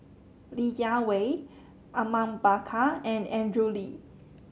Li Jiawei Awang Bakar and Andrew Lee